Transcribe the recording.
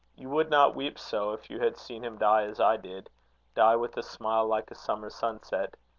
you would not weep so if you had seen him die as i did die with a smile like a summer sunset.